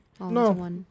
No